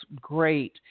great